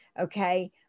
okay